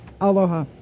Aloha